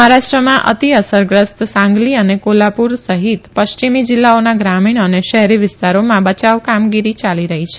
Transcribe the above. મહારાષ્ટ્રમાં અતિ અસરગ્રસ્ત સાંગલી અને કોલ્હાપુર સહિત પશ્ચિમી જીલ્લાઓના ગ્રામીણ અને શહેરી વિસ્તારોમાં બચાવ કામગીરી યાલી રહી છે